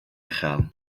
uchel